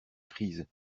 crise